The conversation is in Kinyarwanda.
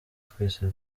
twese